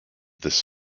this